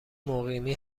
مقیمی